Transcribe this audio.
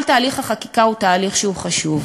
ולכן, כל תהליך החקיקה הוא תהליך חשוב.